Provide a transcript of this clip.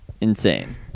Insane